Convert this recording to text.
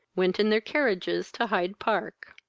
went in their carriages to hyde-park.